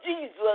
Jesus